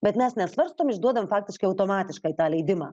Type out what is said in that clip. bet mes nesvarstom išduodam faktiškai automatiškai tą leidimą